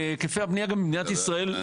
והיקפי הבנייה גם במדינת ישראל עולים.